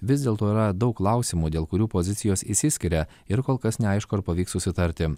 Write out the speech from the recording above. vis dėlto yra daug klausimų dėl kurių pozicijos išsiskiria ir kol kas neaišku ar pavyks susitarti